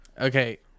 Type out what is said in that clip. Okay